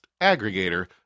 aggregator